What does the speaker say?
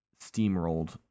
steamrolled